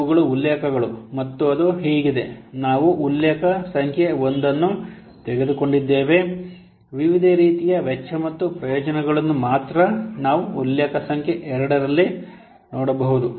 ಆದ್ದರಿಂದ ಇವುಗಳು ಉಲ್ಲೇಖಗಳು ಮತ್ತು ಅದು ಹೀಗಿದೆ ನಾವು ಉಲ್ಲೇಖ ಸಂಖ್ಯೆ 1 ಅನ್ನು ತೆಗೆದುಕೊಂಡಿದ್ದೇವೆ ವಿವಿಧ ರೀತಿಯ ವೆಚ್ಚ ಮತ್ತು ಪ್ರಯೋಜನಗಳನ್ನು ಮಾತ್ರ ನಾವು ಉಲ್ಲೇಖ ಸಂಖ್ಯೆ 2 ರಲ್ಲಿ ನೋಡಬಹುದು